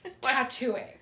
Tattooing